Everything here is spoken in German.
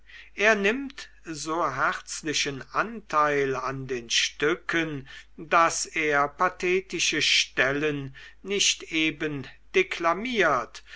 er nimmt so herzlichen anteil an den stücken daß er pathetische stellen nicht eben deklamiert